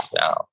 now